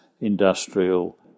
industrial